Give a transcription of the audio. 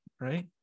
right